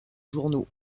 journaux